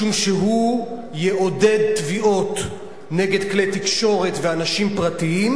משום שהוא יעודד תביעות נגד כלי תקשורת ואנשים פרטיים,